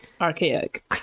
Archaic